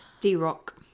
D-Rock